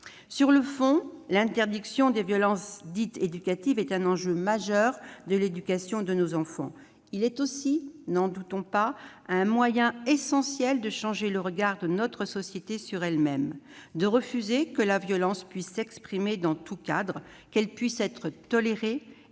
Sur le fond, l'interdiction des violences dites éducatives est un enjeu majeur de l'éducation de nos enfants. Il est aussi, n'en doutons pas, un moyen essentiel de changer le regard de notre société sur elle-même, de refuser que la violence puisse s'exprimer dans tout cadre, qu'elle puisse être tolérée